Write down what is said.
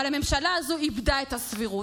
אבל הממשלה הזו איבדה את הסבירות.